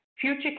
future